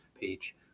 Page